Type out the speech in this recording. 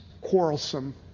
quarrelsome